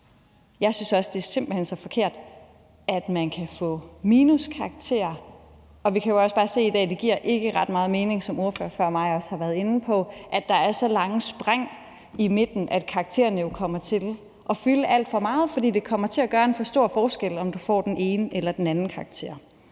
Jeg synes også, at det simpelt hen er så forkert, at man kan få minuskarakter, og vi kan også bare se i dag, at det, som ordføreren før mig også sagde, ikke giver ret meget mening, at der er så store spring i midten, at karaktererne jo kommer til at fylde alt for meget, fordi det kommer til at gøre en for stor forskel, om du får den ene eller den anden karakter.